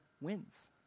wins